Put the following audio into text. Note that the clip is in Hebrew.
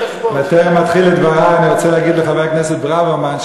בטרם אתחיל את דברי אני רוצה להגיד לחבר הכנסת ברוורמן,